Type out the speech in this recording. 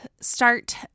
start